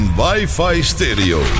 wifi-stereo